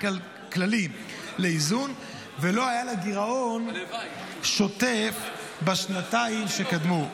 כללי לאיזון ולא היה לה גירעון שוטף בשנתיים שקדמו.